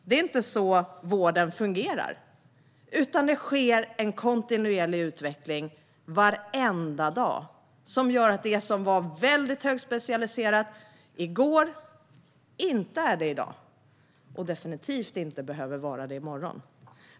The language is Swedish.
Det är inte så vården fungerar, utan det sker en kontinuerlig utveckling varenda dag, vilket gör att det som var väldigt högspecialiserat i går inte är det i dag och definitivt inte behöver vara det i morgon.